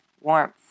warmth